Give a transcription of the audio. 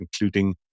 including